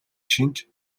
шинж